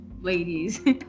ladies